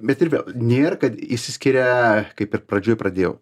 bet ir vėl nėr kad išsiskiria kaip ir pradžioj pradėjau